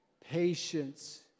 patience